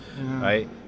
right